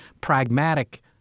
pragmatic